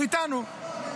הוא איתנו.